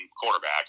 quarterback